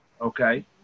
okay